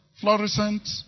Fluorescent